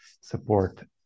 support